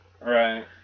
Right